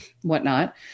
whatnot